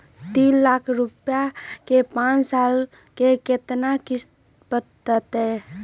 तीन लाख रुपया के पाँच साल के केतना किस्त बनतै?